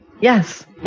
Yes